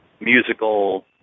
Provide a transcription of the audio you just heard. musical